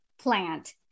plant